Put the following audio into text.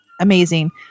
amazing